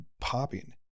popping